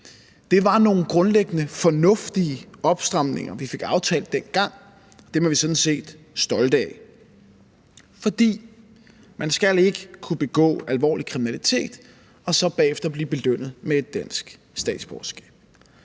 Det var nogle grundlæggende fornuftige opstramninger, vi fik aftalt dengang. Dem er vi sådan set stolte af. For man skal ikke kunne begå alvorlig kriminalitet og så bagefter blive belønnet med et dansk statsborgerskab.